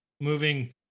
moving